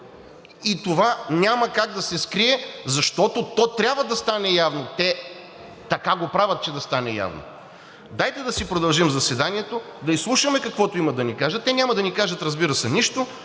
И това няма как да се скрие, защото то трябва да стане явно. Те така го правят, че да стане явно. Дайте да си продължим заседанието, да изслушаме каквото имат да ни кажат. Те няма да ни кажат, разбира се, нищо.